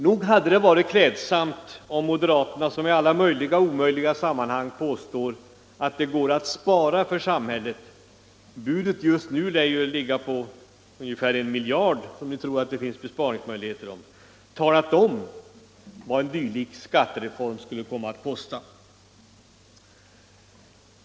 Nog hade det varit klädsamt om moderaterna, som i alla möjliga och omöjliga sammanhang påstår att det är möjligt att spara på samhällets utgifter — budet just nu lär ligga på ungefär 1 miljard! — talat om vad en dylik skattereform skulle komma att kosta.